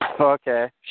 Okay